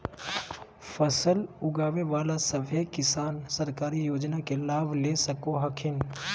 फसल उगाबे बला सभै किसान सरकारी योजना के लाभ ले सको हखिन